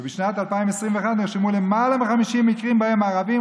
ובשנת 2021 נרשמו למעלה מ-50 מקרים שבהם ערבים,